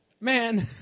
man